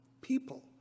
People